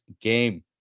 game